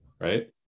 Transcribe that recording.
right